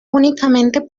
únicamente